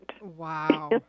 Wow